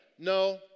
No